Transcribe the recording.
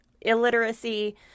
illiteracy